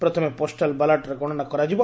ପ୍ରଥମେ ପୋଷ୍ଟାଲ୍ ବାଲାଟର ଗଣନା କରାଯିବ